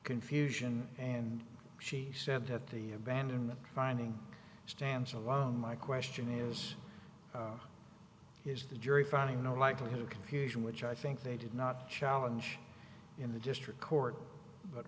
confusion and she said have to abandon the finding stands alone my question is is the jury finding no likelihood of confusion which i think they did not challenge in the district court but